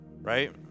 right